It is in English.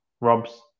Rob's